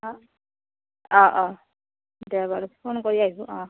অ' অ' অ' দে বাৰু ফোন কৰি আহিব